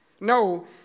No